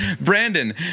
Brandon